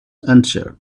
answered